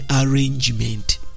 arrangement